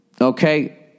okay